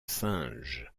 singes